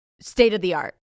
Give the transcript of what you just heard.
state-of-the-art